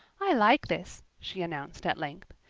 i like this, she announced at length.